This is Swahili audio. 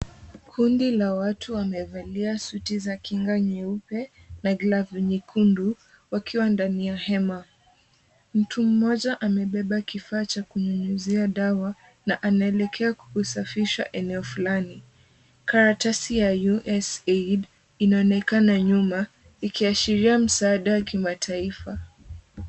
Kundi la watu wamevalia suti za kinga nyeupe na glavu nyekundu wakiwa ndani ya hema. Mtu mmoja amebeba kifaa cha kunyunyuzia dawa, na anaelekea kusafisha eneo fulani. Karatasi ya US aid inaonekana nyuma ikiashiria msaada wa kimataifa.